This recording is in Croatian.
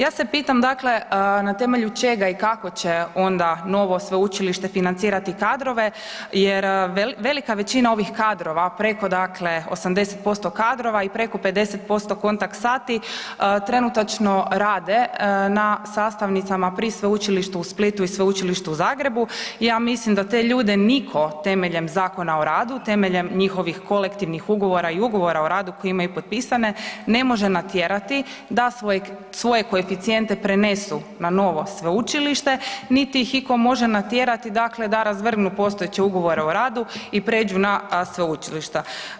Ja se pitam dakle, na temelju čega i kako će onda novo sveučilište financirati kadrove jer velika većina ovih kadrova preko dakle 80% kadrova i preko 50% kontakt sati, trenutačno rade na sastavnicama pri Sveučilištu u Splitu i Sveučilištu u Zagrebu, ja mislim da te ljude nitko temeljem Zakona o radu, temeljem njihovih kolektivnih ugovora i ugovora o radu koje imaju potpisane, ne može natjerati da svoje koeficijente prenesu na novo sveučilište niti ih itko može natjerati da razvrgnu postojeće ugovore o radu i pređu na sveučilišta.